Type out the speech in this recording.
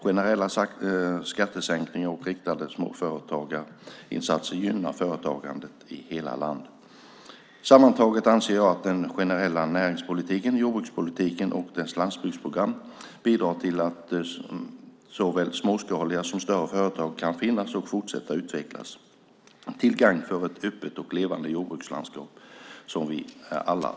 Generella skattesänkningar och riktade småföretagarinsatser gynnar företagandet i hela landet. Sammantaget anser jag att den generella näringspolitiken, jordbrukspolitiken och dess landsbygdsprogram bidrar till att såväl småskaliga som större företag kan finnas och fortsätta utvecklas, till gagn för ett öppet och levande jordbrukslandskap som vi alla får del av.